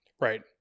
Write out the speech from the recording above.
Right